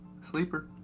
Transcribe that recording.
Sleeper